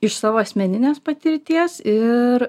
iš savo asmeninės patirties ir